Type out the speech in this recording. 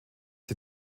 sie